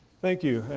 thank you.